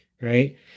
right